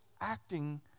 acting